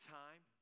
time